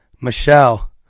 Michelle